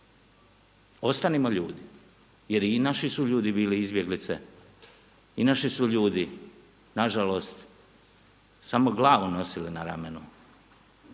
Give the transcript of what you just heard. Ostanimo ljudi, jer i naši su ljudi bili izbjeglice i naši su ljudi na žalost samo glavu nosili na ramenu